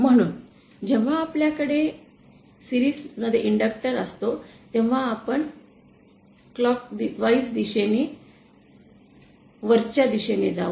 म्हणून जेव्हा आपल्याकडे मालिका मध्ये इंडक्टर् असतो तेव्हा आपण घड्याळाच्या दिशेने वरच्या दिशेने जाऊ